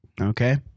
Okay